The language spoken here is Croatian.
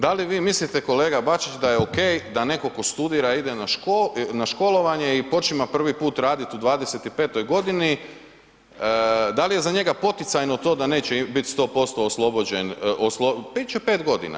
Da li vi mislite, kolega Bačić da je okej da netko tko studira ide na školovanje i počima prvi put raditi u 25. g., da li je za njega poticajno to da neće biti 100% oslobođen, bit će 5 godina.